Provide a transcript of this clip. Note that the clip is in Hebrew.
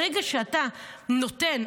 ברגע שאתה נותן,